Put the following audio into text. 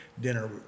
dinner